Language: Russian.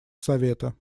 совета